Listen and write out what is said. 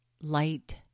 light